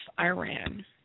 Iran